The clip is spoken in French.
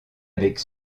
avec